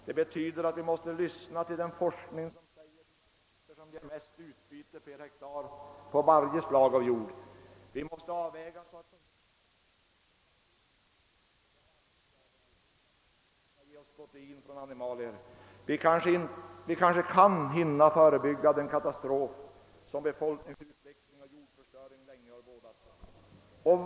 Det betyder att vi måste lyssna till den forskning som anger vilka växter som lämnar det bästa utbytet per hektar på varje slag av jordar och att vi måste avväga odlingarna så, att vi får ett riktigt förhållande mellan den yta som bär säd och den yta som bär foder till djur som skall ge oss protein från animalier. Vi kanske kan hinna förebygga den katastrof som =<befolkningsutveckling och jordförstöring länge har bådat.